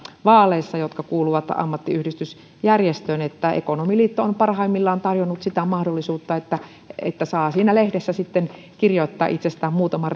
vaaleissa ehdokkaita jotka kuuluvat ammattiyhdistysjärjestöön ekonomiliitto on parhaimmillaan tarjonnut sitä mahdollisuutta että että saa siinä lehdessä sitten kirjoittaa itsestään muutaman